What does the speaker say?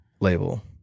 label